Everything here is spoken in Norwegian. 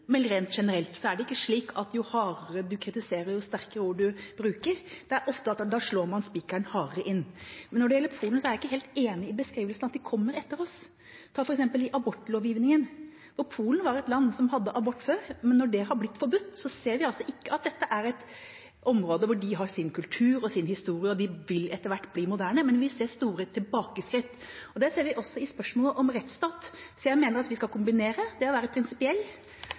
Men rent generelt hjelper det ikke jo hardere man kritiserer og jo sterkere ord man bruker – da slår man ofte heller spikeren hardere inn. Men når det gjelder Polen, er jeg ikke helt enig i beskrivelsen av at de kommer etter oss. Ta f.eks. abortlovgivningen: Polen var et land som tillot abort før, men når det har blitt forbudt, ser vi ikke at dette er et område hvor de har sin kultur, sin historie, og at de etter hvert vil bli moderne. Vi ser heller store tilbakeskritt. Det ser vi også i spørsmålet om rettsstat. Så jeg mener at vi skal kombinere. Vi skal være prinsipielle,